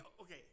Okay